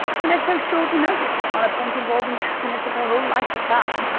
and at so short a notice, on a point involving the happiness of her whole life to come.